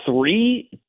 three